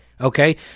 okay